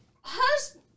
husband